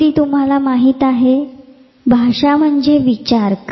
कृती तुम्हाला माहित आहे भाषा म्हणजे विचार क